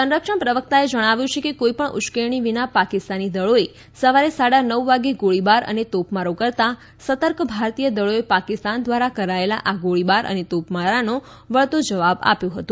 સંરક્ષણ પ્રવક્તાએ જણાવ્યું છે કે કોઈપણ ઉશ્કેરણી વિના પાકિસ્તાની દળોએ સવારે સાડા નવ વાગે ગોળીબાર અને તોપમારો કરતા સતર્ક ભારતીય દળોએ પાકિસ્તાન દ્વારા કરાયેલા આ ગોળીબાર અને તોપમારાનો વળતો જવાબ આપ્યો હતો